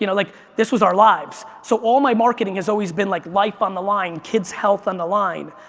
you know like this was our lives. so all of my marketing has always been like life on the line, kids' health on the line.